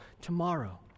tomorrow